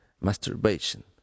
masturbation